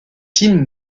tim